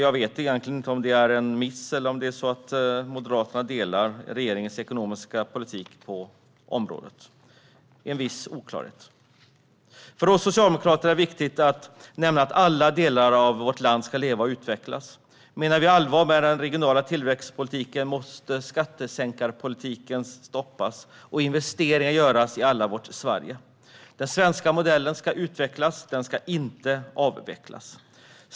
Jag vet inte om det är en miss eller om det är så att Moderaterna delar regeringens ekonomiska politik på området, men det råder en viss oklarhet. För oss socialdemokrater är det viktigt att nämna att alla delar av vårt land ska leva och utvecklas. Menar vi allvar med den regionala tillväxtpolitiken måste skattesänkarpolitiken stoppas och investeringar göras i allas vårt Sverige. Den svenska modellen ska utvecklas, inte avvecklas.